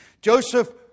Joseph